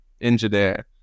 engineer